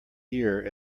year